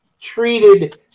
treated